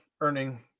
earning